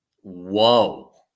Whoa